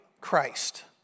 Christ